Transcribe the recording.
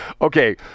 okay